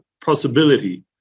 possibility